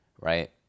right